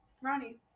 Ronnie